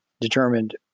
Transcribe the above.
determined